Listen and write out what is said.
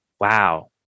Wow